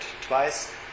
twice